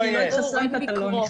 לא התחסנת, אתה לא נכנס.